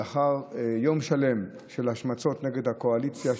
לאחר יום שלם של השמצות נגד הקואליציה,